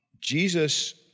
Jesus